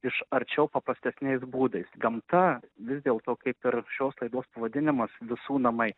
iš arčiau paprastesniais būdais gamta vis dėlto kaip ir šios laidos pavadinimas visų namai